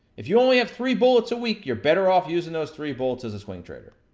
if you only have three bullets a week, you're better off using those three bullets as a swing trader.